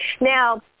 Now